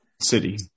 city